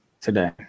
today